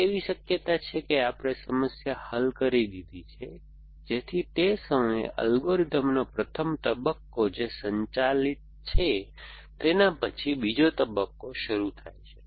પછી એવી શક્યતા છે કે આપણે સમસ્યા હલ કરી દીધી છે જેથી તે સમયે અલ્ગોરિધમનો પ્રથમ તબક્કો જે સંચાલિત છે તેના પછી બીજો તબક્કો શરૂ થાય છે